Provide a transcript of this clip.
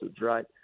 right